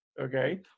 Okay